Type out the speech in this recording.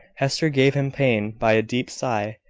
hester gave him pain by a deep sigh.